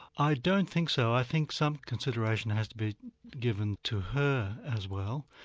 i don't think so, i think some consideration has to be given to her as well,